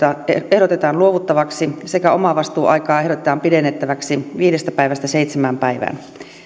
ehdotetaan luovuttaviksi sekä omavastuuaikaa ehdotetaan pidennettäväksi viidestä päivästä seitsemään päivään